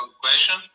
question